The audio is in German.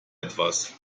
etwas